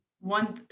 one